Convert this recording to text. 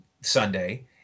Sunday